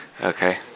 Okay